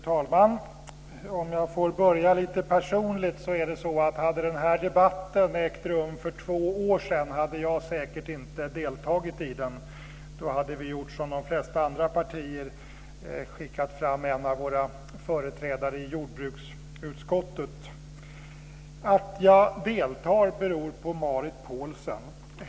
Fru talman! Om jag får börja lite personligt: Hade den här debatten ägt rum för två år sedan hade jag säkert inte deltagit i den. Då hade vi gjort som de flesta andra partier och skickat fram en av våra företrädare i jordbruksutskottet. Att jag deltar beror på Marit Paulsen.